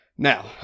Now